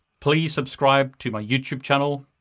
please subscribe to my youtube channel.